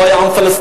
לא היה עם פלסטיני,